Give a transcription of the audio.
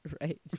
Right